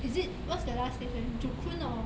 is it what's the last station joo koon or